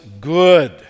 good